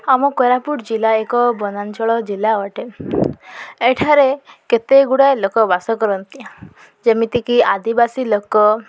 ଆମ କୋରାପୁଟ ଜିଲ୍ଲା ଏକ ବନାଞ୍ଚଳ ଜିଲ୍ଲା ଅଟେ ଏଠାରେ କେତେ ଗୁଡ଼ାଏ ଲୋକ ବାସ କରନ୍ତି ଯେମିତିକି ଆଦିବାସୀ ଲୋକ